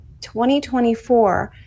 2024